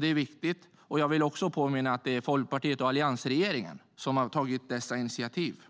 Det är viktigt, och jag vill också påminna om att det är Folkpartiet och alliansregeringen som har tagit dessa initiativ.